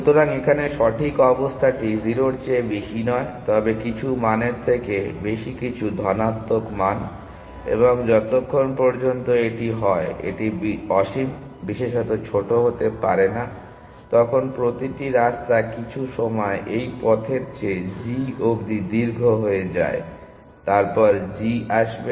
সুতরাং এখানে সঠিক অবস্থাটি 0 এর চেয়ে বেশি নয় তবে কিছু মানের থেকে বেশি কিছু ধনাত্মক মান এবং যতক্ষণ পর্যন্ত এটি হয় এটি অসীম বিশেষত ছোট হতে পারে না তখন প্রতিটি রাস্তা কিছু সময়ে এই পথের চেয়ে g অব্দি দীর্ঘ হয়ে যায় এবং তারপর g আসবে